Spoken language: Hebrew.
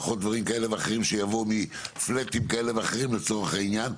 פחות דברים כאלה ואחרים שיבואו מפלאטים כאלה ואחרים לצורך העניין,